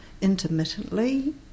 intermittently